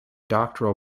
doctoral